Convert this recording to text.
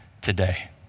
today